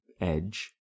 edge